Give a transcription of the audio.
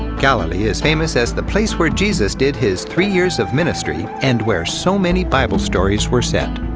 galilee is famous as the place where jesus did his three years of ministry and where so many bible stories were set.